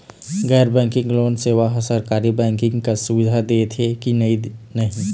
गैर banking loan सेवा हा सरकारी बैंकिंग कस सुविधा दे देथे कि नई नहीं?